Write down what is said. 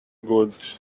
good